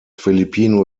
filipino